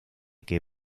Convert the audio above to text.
que